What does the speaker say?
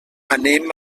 anem